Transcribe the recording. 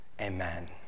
Amen